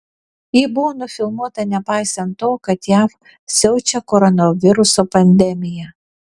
ji buvo nufilmuota nepaisant to kad jav siaučia koronaviruso pandemija